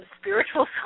spiritual